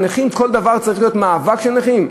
הנכים, כל דבר צריך להיות מאבק של נכים?